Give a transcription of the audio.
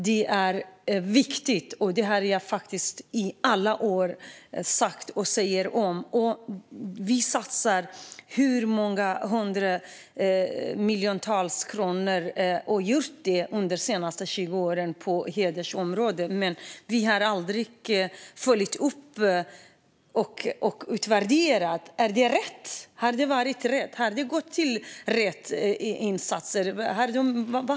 Det är viktigt - jag har sagt det i alla år och säger det nu också. Vi har satsat många hundratals miljoner kronor på hedersområdet under de senaste 20 åren, men vi har aldrig följt upp och utvärderat: Har det varit rätt? Har pengarna gått till rätt insatser?